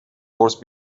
horse